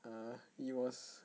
err he was